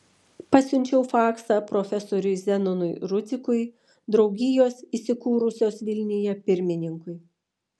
pasiunčiau faksą profesoriui zenonui rudzikui draugijos įsikūrusios vilniuje pirmininkui